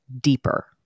deeper